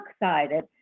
excited